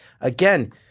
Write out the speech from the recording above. Again